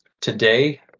Today